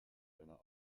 einer